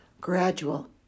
gradual